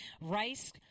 Rice